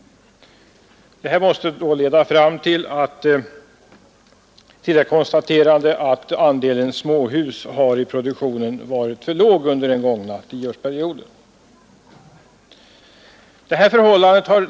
Det måste leda fram till konstaterandet att andelen småhus i produktionen varit för liten under den gångna tioårsperioden.